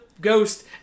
ghost